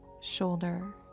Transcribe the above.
shoulder